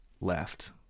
left